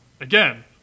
Again